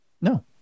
No